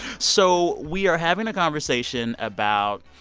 so we are having a conversation about